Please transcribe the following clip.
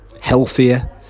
healthier